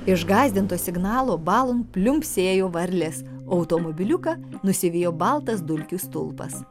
išgąsdintas signalo balon pliumpsėjo varlės automobiliuką nusivijo baltas dulkių stulpas